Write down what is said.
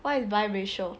what is biracial